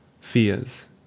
FEARS